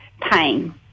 pain